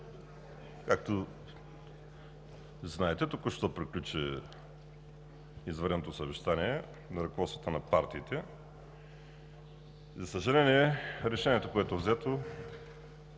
Както знаете, току-що приключи извънредното съвещание на ръководството на партиите. За съжаление, решението, което е взето,